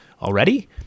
already